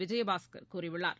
விஜயபாஸ்கர் கூறியுள்ளார்